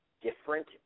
different